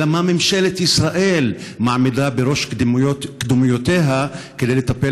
אלא מה ממשלת ישראל מעמידה בראש קדימויותיה כדי לטפל